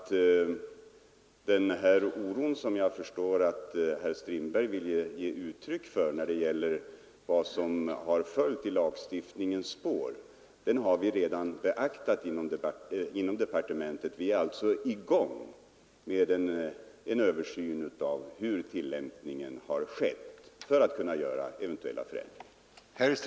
Den kritik som jag förstår att herr Strindberg vill ge uttryck för över vissa företeelser i lagstiftningens spår har vi alltså redan beaktat inom departementet.